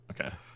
Okay